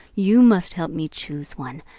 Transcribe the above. you must help me choose one.